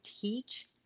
teach